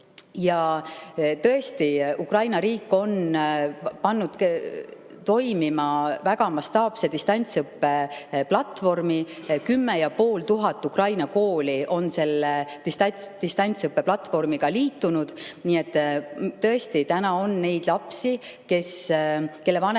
Tõesti, Ukraina riik on pannud toimima väga mastaapse distantsõppe platvormi. 10 500 Ukraina kooli on selle distantsõppe platvormiga liitunud. Täna on [Eestis] neid lapsi, kelle vanemad